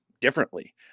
differently